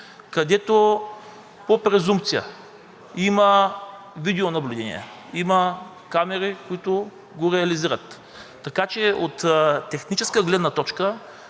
където по презумпция има видеонаблюдение, има камери, които го реализират, така че от техническа гледна точка